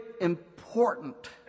important